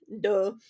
duh